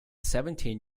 seventeen